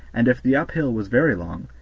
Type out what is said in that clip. and if the uphill was very long,